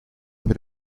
mit